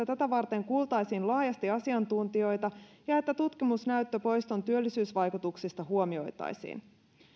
tätä varten kuultaisiin laajasti asiantuntijoita ja että tutkimusnäyttö poiston työllisyysvaikutuksista huomioitaisiin